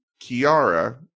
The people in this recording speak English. Kiara